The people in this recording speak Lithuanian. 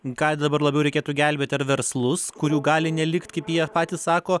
ką dabar labiau reikėtų gelbėti ar verslus kurių gali nelikt kaip jie patys sako